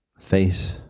face